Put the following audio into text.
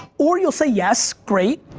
or you'll say, yes, great.